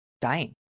dying